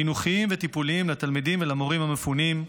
חינוכיים וטיפוליים, לתלמידים ולמורים המפונים,